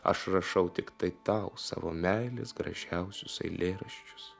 aš rašau tiktai tau savo meilės gražiausius eilėraščius